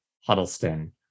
Huddleston